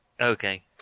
Okay